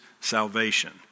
salvation